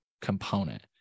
component